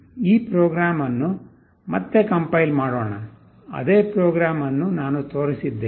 ಈ ಪ್ರೋಗ್ರಾಂ ಅನ್ನು ಮತ್ತೆ ಕಂಪೈಲ್ ಮಾಡೋಣ ಅದೇ ಪ್ರೋಗ್ರಾಂ ಅನ್ನು ನಾನು ತೋರಿಸಿದ್ದೇನೆ